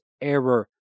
error